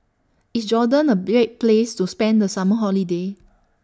IS Jordan A Place to spend The Summer Holiday